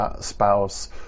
spouse